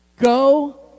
Go